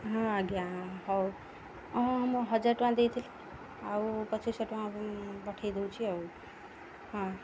ହଁ ଆଜ୍ଞା ହଉ ହଁ ମୁଁ ହଜାର ଟଙ୍କା ଦେଇଥିଲି ଆଉ ପଚିଶଶହ ଟଙ୍କା ପଠେଇ ଦେଉଛି ଆଉ ହଁ